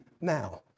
now